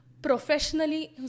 professionally